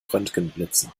röntgenblitzen